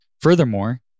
Furthermore